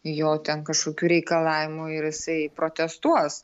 jo ten kažkokių reikalavimų ir jisai protestuos